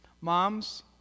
Moms